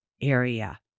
area